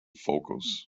focus